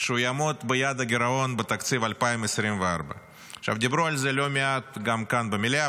שהוא יעמוד ביעד הגירעון בתקציב 2024. דיברו על זה לא מעט כאן במליאה